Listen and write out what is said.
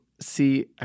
see